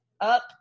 up